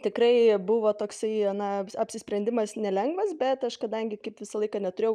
tikrai buvo toksai na apsisprendimas nelengvas bet aš kadangi kaip visą laiką neturėjau